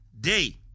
day